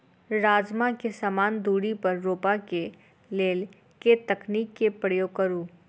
राजमा केँ समान दूरी पर रोपा केँ लेल केँ तकनीक केँ प्रयोग करू?